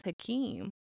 Hakeem